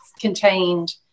contained